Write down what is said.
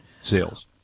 sales